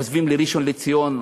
עוזבים לראשון-לציון,